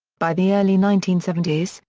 by the early nineteen seventy s,